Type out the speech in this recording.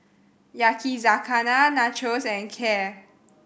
Yakizakana Nachos and Kheer